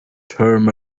term